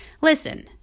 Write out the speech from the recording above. listen